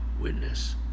witness